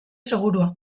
segurua